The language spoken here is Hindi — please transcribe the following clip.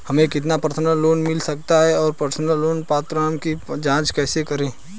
हमें कितना पर्सनल लोन मिल सकता है और पर्सनल लोन पात्रता की जांच कैसे करें?